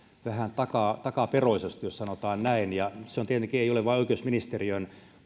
vähän takaperoisesti jos sanotaan näin se ei tietenkään ole vain oikeusministeriön